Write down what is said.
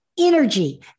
Energy